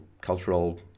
cultural